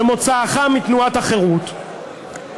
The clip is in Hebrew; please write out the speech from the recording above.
שמוצאך מתנועת החרות,